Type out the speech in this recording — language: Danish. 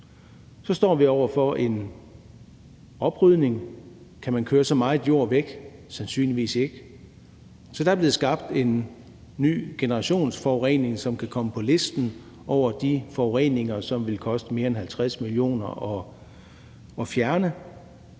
Så står vi over for en oprydning. Kan man køre så meget jord væk? Sandsynligvis ikke. Så der er blevet skabt en ny generationsforurening, som kan komme på listen over de forureninger, som vil koste mere end 50 mio. kr. at fjerne.